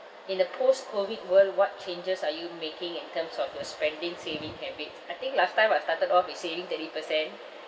in the post COVID world what changes are you making in terms of your spending saving habits I think last time I started off with saving thirty percent